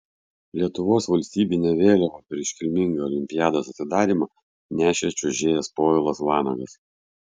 lietuvos valstybinę vėliavą per iškilmingą olimpiados atidarymą nešė čiuožėjas povilas vanagas